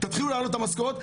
תתחילו להעלות את המשכורות,